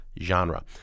genre